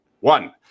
one